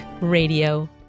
Radio